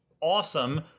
awesome